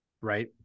Right